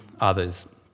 others